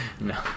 no